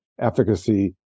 efficacy